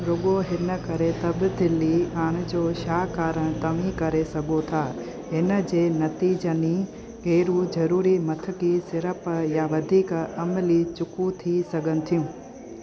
रुॻो हिन करे तब्दीली आणिजो छाकाणि तव्हीं करे सघो था हिन जे नतीजनि गै़र ज़रूरी मथिकी सीड़प या वधीक अमली चुकूं थी सघनि थियूं